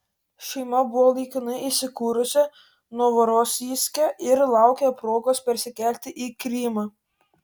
šeima buvo laikinai įsikūrusi novorosijske ir laukė progos persikelti į krymą